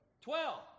Twelve